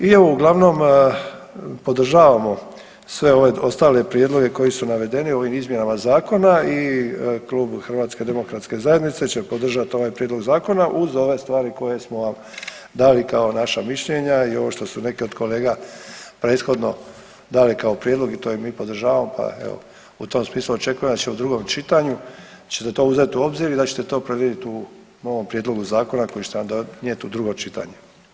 I evo uglavnom podržavamo sve ove ostale prijedloge koji su navedeni ovim izmjenama zakona i Klub HDZ-a će podržati ovaj prijedlog zakona uz ove stvari koje smo vam dali kao naša mišljenja i ovo što su neki od kolega prethodno dali kao prijedlog i to i mi podržavamo, pa evo u tom smislu očekujem da će u drugom čitanju ćete to uzeti u obzir i da ćete to predvidjeti u novom prijedlogu zakona koji ćete nam donijeti u drugo čitanje.